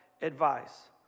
advice